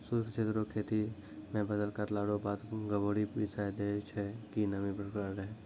शुष्क क्षेत्र रो खेती मे फसल काटला रो बाद गभोरी बिसाय दैय छै कि नमी बरकरार रहै